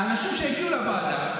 האנשים שהגיעו לוועדה,